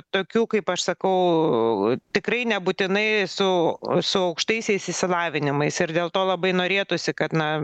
tokių kaip aš sakau tikrai nebūtinai su su aukštaisiais išsilavinimais ir dėl to labai norėtųsi kad na